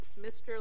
Mr